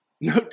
no